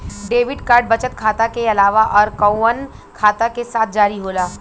Debit card बचत खाता के अलावा अउरकवन खाता के साथ जारी होला?